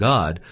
God